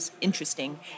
interesting